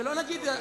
שלא נגיד,